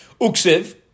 Uksiv